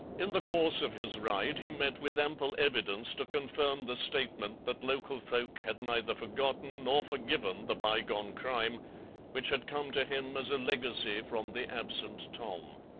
in the course of his ride he met with ample evidence to confirm the statement that local folk had neither forgotten nor forgiven the bygone crime which had come to him as a legacy from the absent tom.